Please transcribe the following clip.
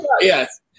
Yes